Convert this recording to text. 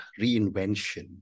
reinvention